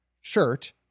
shirt